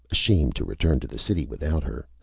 ashamed to return to the city without her,